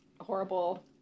horrible